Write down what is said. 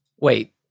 Wait